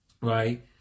Right